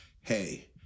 hey